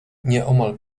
nieomal